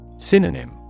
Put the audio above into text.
Synonym